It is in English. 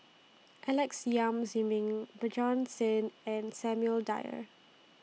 Alex Yam Ziming Bjorn Shen and Samuel Dyer